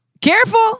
careful